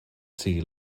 sigui